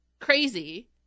crazy